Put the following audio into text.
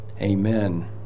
Amen